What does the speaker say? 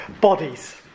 Bodies